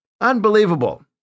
Unbelievable